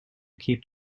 keep